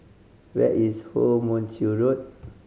where is Woo Mon Chew Road